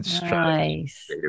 Nice